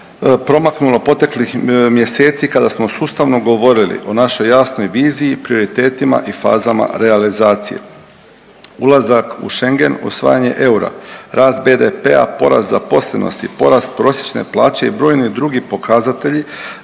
promaknulo proteklih mjeseci kada smo sustavno govorili o našoj jasnoj viziji, prioritetima i fazama realizacije. Ulazak u Schegen, usvajanje eura, rast BDP-a, porast zaposlenosti, porast prosječne plaće i broji drugi pokazatelji